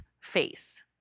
face